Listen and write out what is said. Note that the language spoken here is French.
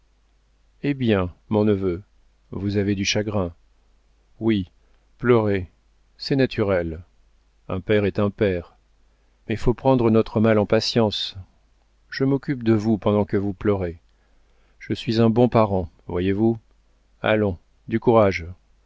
hé bien mon neveu vous avez du chagrin oui pleurez c'est naturel un père est un père mais faut prendre notre mal en patience je m'occupe de vous pendant que vous pleurez je suis un bon parent voyez-vous allons du courage